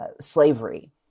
slavery